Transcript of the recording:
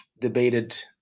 debated